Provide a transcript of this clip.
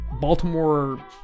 Baltimore